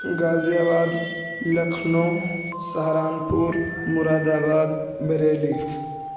غازی آباد Lucknow Saharanpur Moradabad Bareilly